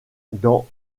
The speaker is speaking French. dans